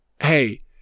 hey